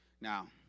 Now